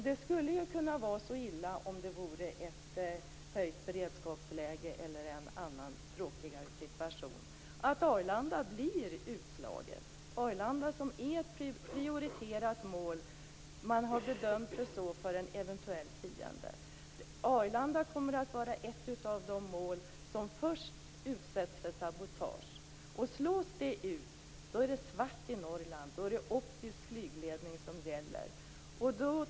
Det skulle kunna vara så illa i ett läge med höjd beredskap eller i någon annan tråkig situation att Arlanda blev utslaget. Arlanda är ett prioriterat mål för en eventuell fiende. Arlanda kommer att vara ett av de mål som först utsätts för sabotage. Om Arlanda slås ut då blir det svart i Norrland. Då är det optisk flygledning som gäller.